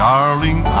Darling